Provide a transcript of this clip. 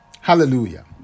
Hallelujah